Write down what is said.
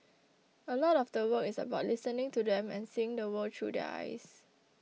a lot of the work is about listening to them and seeing the world through their eyes